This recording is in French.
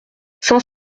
cent